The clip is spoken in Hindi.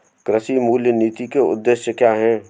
कृषि मूल्य नीति के उद्देश्य क्या है?